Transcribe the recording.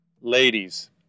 ladies